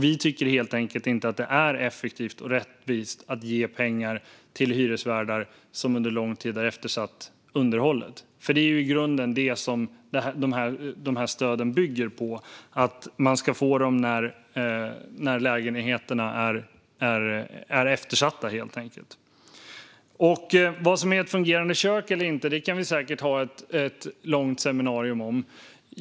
Vi tycker helt enkelt inte att det är effektivt och rättvist att ge pengar till hyresvärdar som under lång tid har eftersatt underhållet. Det är ju i grunden det som dessa stöd bygger på: att man ska få dem när lägenheterna är eftersatta. Vad som är ett fungerande kök eller inte kan vi säkert ha ett långt seminarium om.